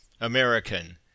American